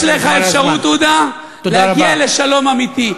יש לך אפשרות, עודה, להגיע לשלום אמיתי.